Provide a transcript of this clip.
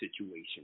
situation